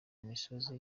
misozi